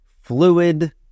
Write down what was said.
Fluid